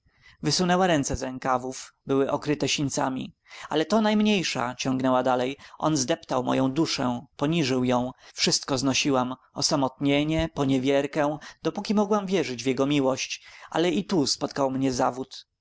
wysunęła ręce z rękawów były okryte sińcami ale to najmniejsza ciągnęła dalej on zdeptał moją duszę poniżył ją wszystko znosiłam osamotnienie poniewierkę dopóki mogłam wierzyć w jego miłość ale i tu spotkał mnie zawód